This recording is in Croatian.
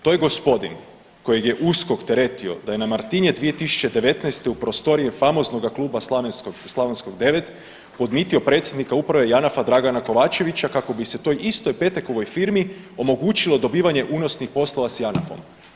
To je gospodin kojeg je USKOK teretio da je na Martinje 2019. u prostorije famoznoga Kluba Slavonskog 9 podmitio predsjednika uprave Janafa Dragana Kovačevića kako bi se toj istoj Petekovoj firmi omogućilo dobivanje unosnih poslova s Janafom.